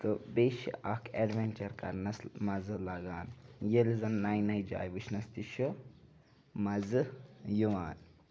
تہٕ بیٚیہِ چھِ اَکھ اٮ۪ڈوٮ۪نچَر کَرنَس مَزٕ لَگان ییٚلہِ زَن نَیہِ نَیہِ جایہِ وٕچھنَس تہِ چھِ مَزٕ یِوان